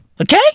Okay